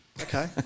Okay